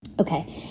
Okay